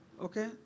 Okay